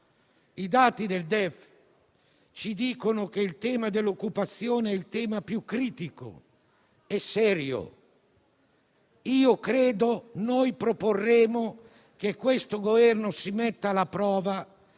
I dati del DEF ci dicono che il tema dell'occupazione è il più critico e serio. Proporremo che il Governo si metta alla prova